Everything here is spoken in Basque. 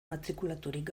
matrikulaturik